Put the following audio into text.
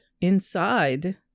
inside